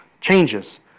changes